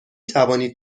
توانید